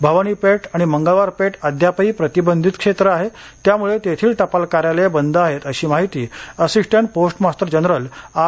भवानी पेठ आणि मंगळवार पेठ अद्यापही प्रतिबंधित क्षेत्र आहे त्यामुळे तेथील टपाल कार्यालये बंद आहेत अशी माहिती assistant post master general R